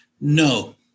No